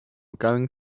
going